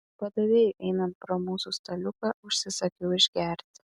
padavėjui einant pro mūsų staliuką užsisakiau išgerti